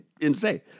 insane